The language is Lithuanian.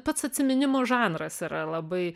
pats atsiminimų žanras yra labai